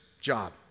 job